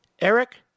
Eric